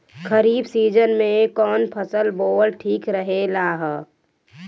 खरीफ़ season में कौन फसल बोअल ठिक रहेला ह?